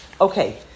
okay